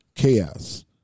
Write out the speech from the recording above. Chaos